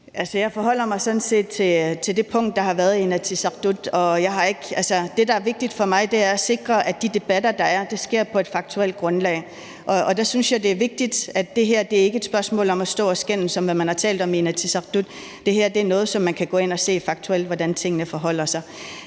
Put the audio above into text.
jeg forholder mig sådan set til det punkt, der har været i Inatsisartut. Det, der er vigtigt for mig, er at sikre, at de debatter, der er, sker på et faktuelt grundlag. Der synes jeg, at det er vigtigt, at det her ikke er et spørgsmål om at stå og skændes om, hvad man har talt om i Inatsisartut. Det her er noget, som man kan gå ind og se hvordan forholder sig